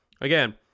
again